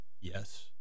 Yes